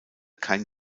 kein